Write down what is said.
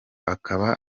akaba